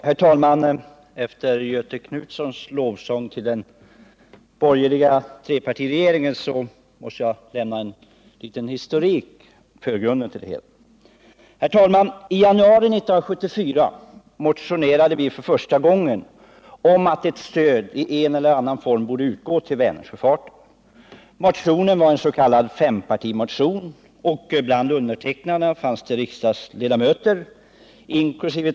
Herr talman! Efter Göthe Knutsons lovsång till den borgerliga trepartiregeringen måste jag lämna en liten historik över bakgrunden till det hela. För det första: I januari 1974 motionerade vi för första gången om att stöd i en eller annan form skulle utgå till Vänersjöfarten. Det var en s.k. fempartimotion, och bland undertecknarna fanns det riksdagsledamöter, inkl.